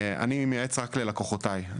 אני מייעץ רק ללקוחותיי.